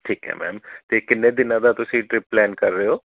ਠੀਕ ਹੈ ਮੈਮ ਅਤੇ ਕਿੰਨੇ ਦਿਨਾਂ ਦਾ ਤੁਸੀਂ ਟ੍ਰਿਪ ਪਲੈਨ ਕਰ ਰਹੇ ਹੋ